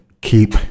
keep